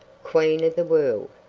queen of the world.